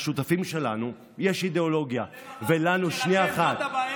תראה לי מי החברים שלך, אני אגיד לך מי אתה.